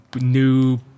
new